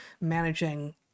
managing